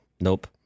Nope